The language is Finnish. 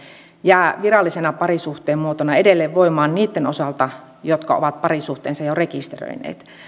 jää virallisena parisuhteen muotona edelleen voimaan niitten osalta jotka ovat parisuhteensa jo rekisteröineet